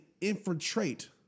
infiltrate